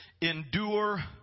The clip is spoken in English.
endure